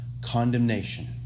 condemnation